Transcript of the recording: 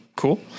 cool